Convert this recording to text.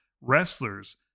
wrestlers